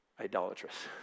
idolatrous